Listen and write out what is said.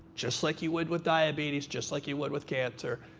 just like you would with diabetes, just like you would with cancer,